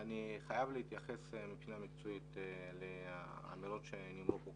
אני חייב להתייחס מבחינה מקצועית לאמירות שנאמרו פה.